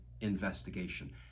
investigation